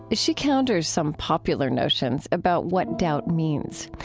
ah she counters some popular notions about what doubt means.